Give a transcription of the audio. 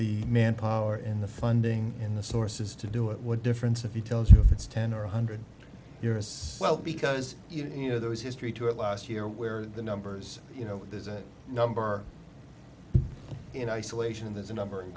the manpower in the funding in the sources to do it what difference if he tells you if it's ten or one hundred years well because you know there was history to it last year where the numbers you know there's a number in isolation there's a number